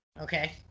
Okay